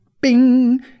bing